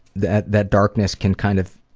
that that darkness can kind of